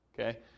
Okay